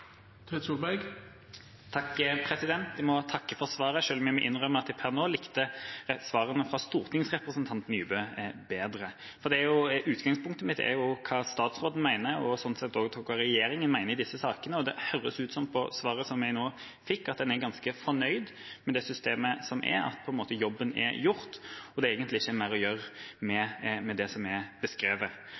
Jeg må takke for svaret, selv om jeg må innrømme at jeg per nå likte svarene fra stortingsrepresentanten Nybø bedre. Utgangspunktet mitt er hva statsråden mener – og slik sett også hva regjeringa mener – i disse sakene. Det høres ut som – av svaret som jeg nå fikk – at en er ganske fornøyd med det systemet som er, at jobben på en måte er gjort, og at det egentlig ikke er mer å gjøre med det som er beskrevet.